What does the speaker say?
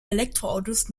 elektroautos